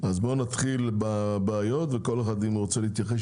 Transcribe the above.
אז בואו נתחיל בבעיות וכל מי שרוצה להתייחס,